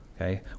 Okay